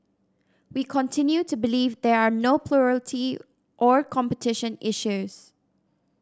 we continue to believe there are no plurality or competition issues